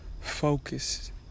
focus